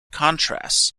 contrasts